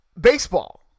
baseball